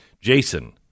Jason